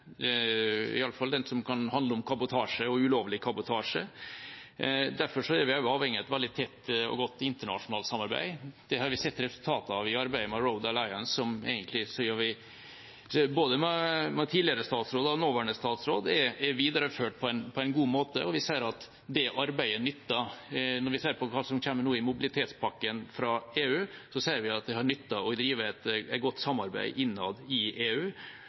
iallfall det som kan handle om kabotasje og ulovlig kabotasje. Derfor er man avhengig av et veldig tett og godt internasjonalt samarbeid. Det har vi sett resultatet av i arbeidet med Road Alliance, som egentlig tidligere statsråder og nåværende statsråd har videreført på en god måte. Vi ser at det arbeidet nytter. Når vi ser hva som kommer i mobilitetspakken fra EU, ser vi at det har nyttet å drive et godt samarbeid innad i EU,